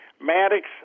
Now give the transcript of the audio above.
Maddox